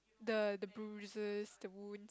the the boozers the boo~